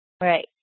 Right